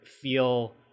feel